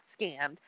scammed